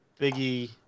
Biggie